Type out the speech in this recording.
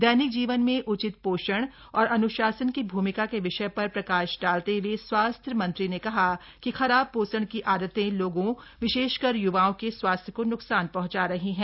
दैनिक जीवन में उचित पोषण और अन्शासन की भूमिका के विषय पर प्रकाश डालते हुए स्वास्थ्य मंत्री ने कहा कि खराब पोषण की आदतें लोगों विशेषकर य्वाओं के स्वास्थ्य को न्कसान पहुंचा रही हैं